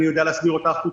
אני יודע להסביר אותה החוצה.